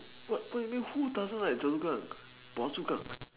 what what you mean who doesn't like Choa-Chu-Kang Phua-Chu-Kang